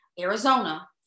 Arizona